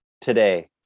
today